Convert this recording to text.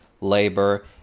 labor